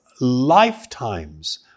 lifetimes